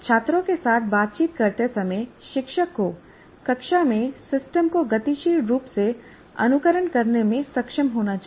छात्रों के साथ बातचीत करते समय शिक्षक को कक्षा में सिस्टम को गतिशील रूप से अनुकरण करने में सक्षम होना चाहिए